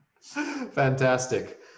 Fantastic